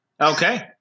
Okay